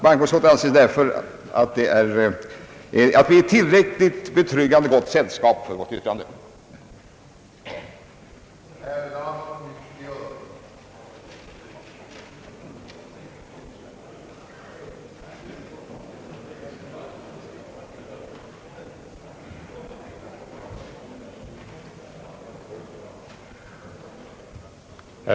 Bankoutskottet anser sig därför vara i ett tillräckligt betryggande gott sällskap för sitt ställningstagande.